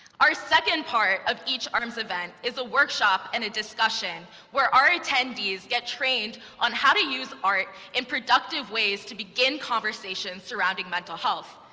our second part of each arms event is a workshop and a discussion where our attendees get trained on how to use art in productive ways to begin conversation surrounding mental health.